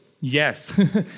Yes